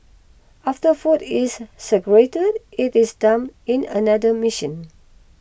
after food is segregated it is dumped in another machine